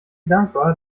dankbar